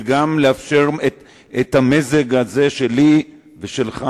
וגם לאפשר את המזג הזה שלי ושלך,